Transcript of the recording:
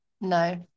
no